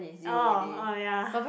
oh oh ya